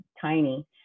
tiny